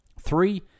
Three